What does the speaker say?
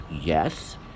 yes